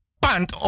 pant